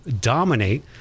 dominate